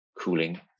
cooling